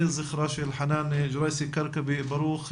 זכרה של חנאן ג'ראייסי-כרכבי ברוך,